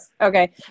okay